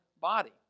body